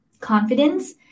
confidence